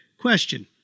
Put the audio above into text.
question